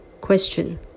Question